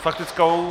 S faktickou?